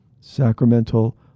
Sacramental